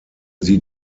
sie